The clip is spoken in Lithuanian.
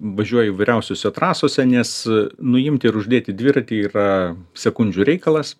važiuoja įvairiausiose trasose nes nuimti ir uždėti dviratį yra sekundžių reikalas